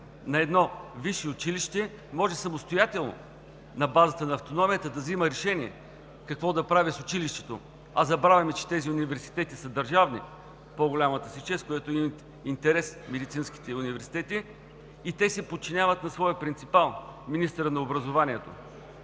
на едно висше училище може самостоятелно, на базата на автономията, да взима решения какво да прави с училището, а забравяме, че тези университети са държавни в по-голямата си част, от което имат интерес медицинските университети, и те се подчиняват на своя принципал – министърът на образованието.